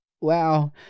wow